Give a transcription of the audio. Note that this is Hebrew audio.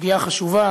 סוגיה חשובה